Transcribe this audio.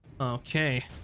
Okay